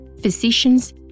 physicians